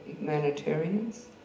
humanitarians